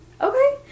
Okay